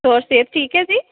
ਹੋਰ ਸਿਹਤ ਠੀਕ ਹੈ ਜੀ